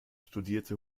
studierte